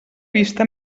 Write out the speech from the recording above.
vista